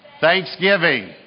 Thanksgiving